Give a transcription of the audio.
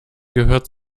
gehört